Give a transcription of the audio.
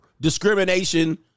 discrimination